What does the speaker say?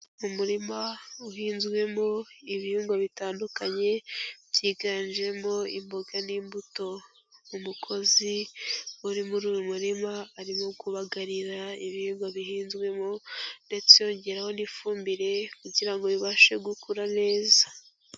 Umurima uhinzwemo ibihingwa bitandukanye byiganjemo imboga n'imbuto. Umukozi uri muri uyu murima arimo kubagarira ibihingwa bihinzwemo ndetse yongeraho n'ifumbire kugira ngo bibashe gukura neza.